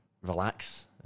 relax